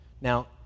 Now